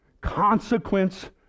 consequence